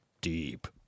deep